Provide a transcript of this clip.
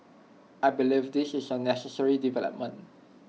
I believe this is A necessary development